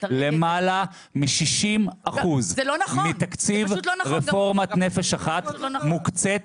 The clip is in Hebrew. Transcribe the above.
למעלה מ-60% מתקציב רפורמת נפש אחת מוקצים